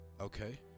Okay